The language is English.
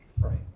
Right